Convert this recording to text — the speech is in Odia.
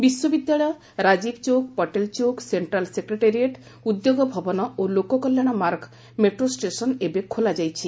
ବିଶ୍ୱବିଦ୍ୟାଳୟ ରାଜୀବ ଚୌକ ପଟେଲ ଚୌକ ସେଣ୍ଟ୍ରାଲ୍ ସେକ୍ରେଟେରିଏଟ୍ ଉଦ୍ୟୋଗଭବନ ଓ ଲୋକକଲ୍ୟାଣମାର୍ଗ ମେଟ୍ରୋ ଷ୍ଟେସନ୍ ଏବେ ଖୋଲାଯାଇଛି